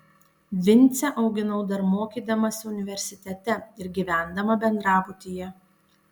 vincę auginau dar mokydamasi universitete ir gyvendama bendrabutyje